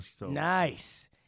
Nice